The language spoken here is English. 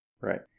Right